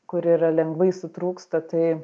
kur yra lengvai sutrūksta tai